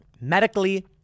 medically